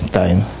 time